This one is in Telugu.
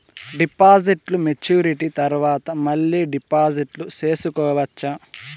డిపాజిట్లు మెచ్యూరిటీ తర్వాత మళ్ళీ డిపాజిట్లు సేసుకోవచ్చా?